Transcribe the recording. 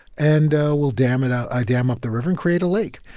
and we'll dam it ah ah dam up the river and create a lake.